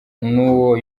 n’uwo